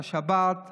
השבת,